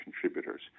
contributors